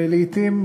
ולעתים,